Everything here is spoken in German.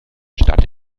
stadt